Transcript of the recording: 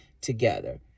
together